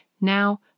Now